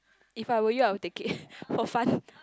if I were you I will take it for fun